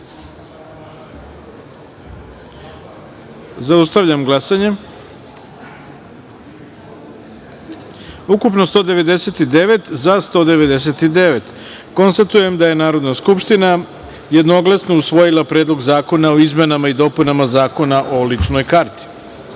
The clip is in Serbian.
taster. Zaustavljam glasanje: ukupno - 199, za – 199.Konstatujem da je Narodna skupština jednoglasno usvojila Predlog zakona o izmenama i dopunama Zakona o ličnoj